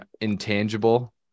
intangible